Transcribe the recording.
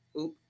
Oop